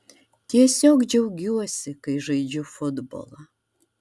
tiesiog džiaugiuosi kai žaidžiu futbolą